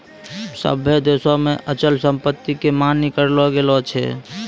सभ्भे देशो मे अचल संपत्ति के मान्य करलो गेलो छै